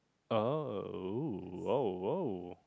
oh ooh oh oh